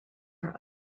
are